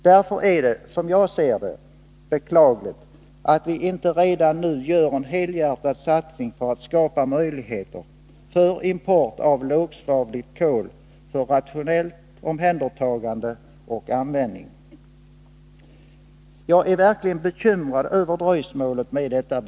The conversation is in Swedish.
Som jag ser på saken är det därför beklagligt att vi inte redan nu helhjärtat satsar på att skapa möjligheter i fråga om import av lågsvavligt kol för rationellt omhändertagande och rationell användning. Jag är verkligen bekymrad över att beslutet dröjer.